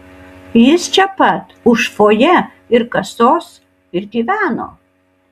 jis čia pat už fojė ir kasos ir gyveno